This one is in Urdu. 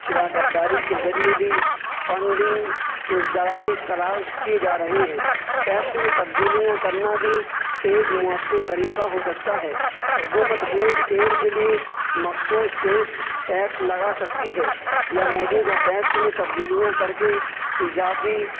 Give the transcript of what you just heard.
شراکت داری کے ذریعے بھی فنڈنگ کے ذرائع تلاش کیے جا رہے ہیں ٹیکس میں تبدیلیاں کرنا بھی ایک مؤثر طریقہ ہو سکتا ہے حکومت ہیلتھ کیئر کے لیے مخصوص ٹیکس لگا سکتی ہے یا موجودہ ٹیکس میں تبدیلیاں کر کے اضافی